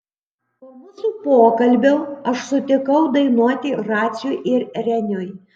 po mūsų pokalbio aš sutikau dainuoti raciui ir reniui